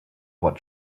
what